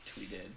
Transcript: tweeted